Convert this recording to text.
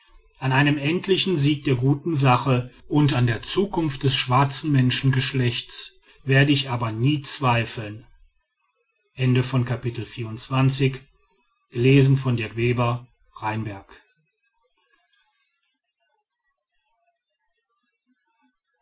an einem endlichen sieg der guten sache und an der zukunft des schwarzen menschengeschlechts werde ich aber nie zweifeln